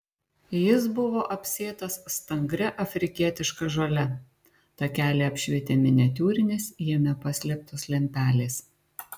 jis buvo apsėtas stangria afrikietiška žole takelį apšvietė miniatiūrinės jame paslėptos lempelės